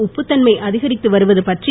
உப்பு தன்மை அதிகரித்து வருவது பற்றி